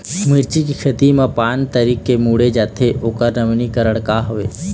मिर्ची के खेती मा पान तरी से मुड़े जाथे ओकर नवीनीकरण का हवे?